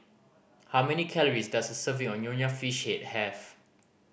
how many calories does a serving of Nonya Fish Head have